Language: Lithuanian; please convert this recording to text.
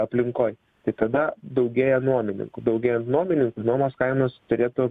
aplinkoj tai tada daugėja nuomininkų daugėjant nuomininkų nuomos kainos turėtų